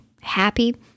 happy